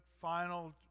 final